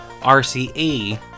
RCE